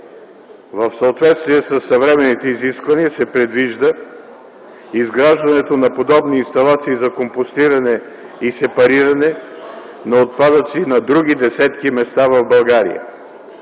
В съответствие със съвременните изисквания се предвижда изграждането на подобни инсталации за компостиране и сепариране на отпадъци и на други десетки места в България.